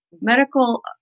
Medical